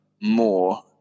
more